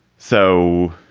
so,